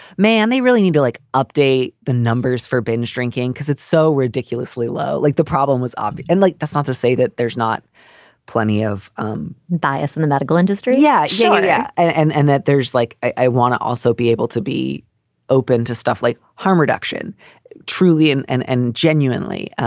man, they really need to like update the numbers for binge drinking because it's so ridiculously low like the problem was. ah and like, that's not to say that there's not plenty of um bias in the medical industry. yeah. yeah and and that there's like i want to also be able to be open to stuff like harm reduction truly and and and genuinely,